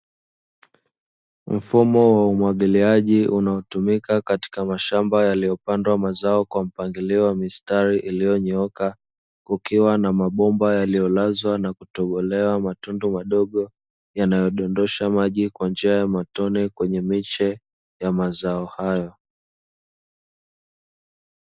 Mfumo wa umwagiliaji unaotumika katika mashamba yaliyopandwa mazao kwa mpangilio wa mistari iliyonyooka, kukiwa na mabomba yaliyolazwa na kutobolewa matundu madogo yanayodondosha maji kwa njia ya matone kwenye miche ya mazao hayo.